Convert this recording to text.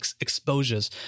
exposures